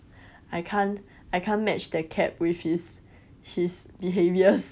I can't I can't match that CAP with his his behaviours